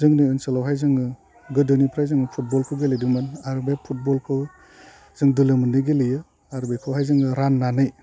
जोंनो ओनसोलावहाय जोङो गोदोनिफ्राय जोङो फुटबलखौ गेलेदोंमोन आरो बे फुटबलखौ जों दोलो मोननै गेलेयो आर बेखौहाय जोङो राननानै